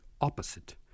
opposite